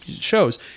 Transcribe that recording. shows